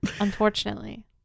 Unfortunately